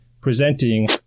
presenting